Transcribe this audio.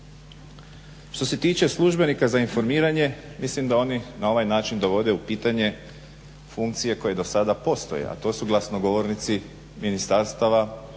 Što se tiče službenika za informiranje mislim da oni na ovaj način dovode u pitanje funkcije koje dosada postoje, a to su glasnogovornici ministarstava,